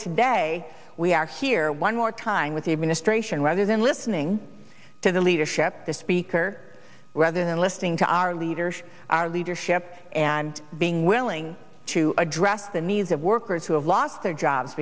today we are here one more time with the administration rather than listening to the leadership the speaker rather than listening to our leader our leadership and being willing to address the needs of workers who have lost their jobs